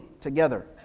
together